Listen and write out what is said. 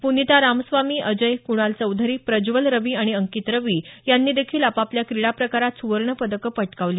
पुनिता रामस्वामी अजय कुणाल चौधरी प्रज्वल रवी आणि अंकित रवी यांनी देखील आपापल्या क्रीडाप्रकारात सुवर्णपदकं पटकावली